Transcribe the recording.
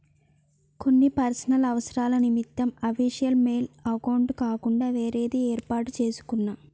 కొన్ని పర్సనల్ అవసరాల నిమిత్తం అఫీషియల్ మెయిల్ అకౌంట్ కాకుండా వేరేది యేర్పాటు చేసుకున్నా